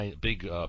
big